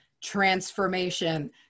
transformation